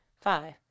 Five